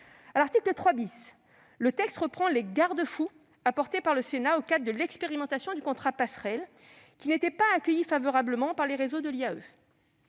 À l'article 3, le texte reprend les garde-fous apportés par le Sénat au cadre de l'expérimentation du « contrat passerelle », qui n'était pas accueillie favorablement par les réseaux de l'IAE.